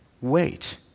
wait